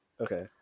Okay